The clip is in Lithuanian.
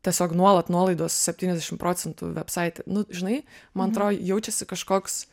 tiesiog nuolat nuolaidos septyniasdešimt procentų vebsaite nu žinai man atrodo jaučiasi kažkoks